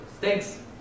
Thanks